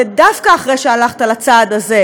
ודווקא אחרי שהלכת על הצעד הזה,